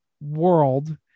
world